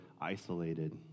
isolated